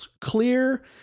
clear